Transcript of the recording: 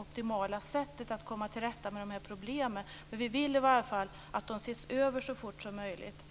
optimala sättet att komma till rätta med problemen, men vi vill i varje fall att de ses över så fort som möjligt.